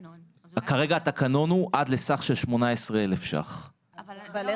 כרגע התקנון הוא עד לסך של 18,000 ש"ח הלוואה,